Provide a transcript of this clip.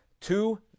two